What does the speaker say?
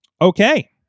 okay